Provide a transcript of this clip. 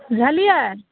बुझलियै